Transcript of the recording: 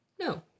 no